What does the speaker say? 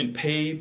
pay